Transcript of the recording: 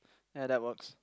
ya that works